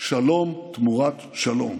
שלום תמורת שלום.